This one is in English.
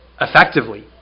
effectively